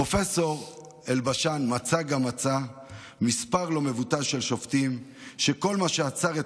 פרופסור אלבשן מצא גם מצא מספר לא מבוטל של שופטים שכל מה שעצר את